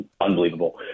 Unbelievable